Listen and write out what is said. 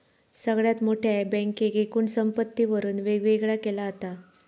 सगळ्यात मोठ्या बँकेक एकूण संपत्तीवरून वेगवेगळा केला जाता